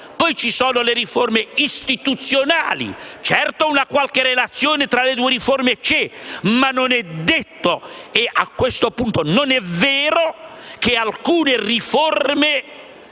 poi anche quelle istituzionali. Certo, una qualche relazione tra le due riforme c'è, ma non è detto - e a questo punto, non è vero - che alcune riforme